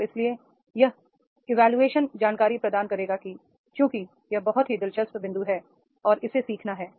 और इसलिए यह इवोल्यूशन जानकारी प्रदान करेगा कि चूंकि यह बहुत ही दिलचस्प बिंदु है और इसे सीखना है